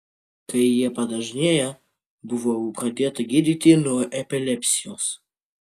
kai jie padažnėjo buvau pradėta gydyti nuo epilepsijos